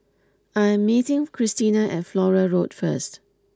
I am meeting Christina at Flora Road first